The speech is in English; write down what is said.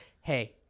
hey